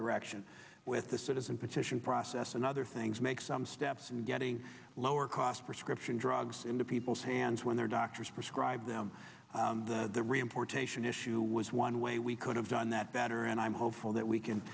direction with the citizen petition process and other things make some steps and getting lower cost prescription drugs into people's hands when their doctors prescribe them the reimportation issue was one way we could have done that better and i'm hopeful that we can